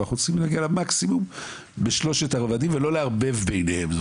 אנחנו רוצים להגיע למקסימום בשלושת הרבדים ולא לערבב ביניהם.